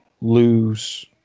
lose